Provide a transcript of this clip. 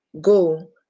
go